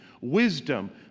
wisdom